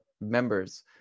members